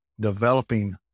developing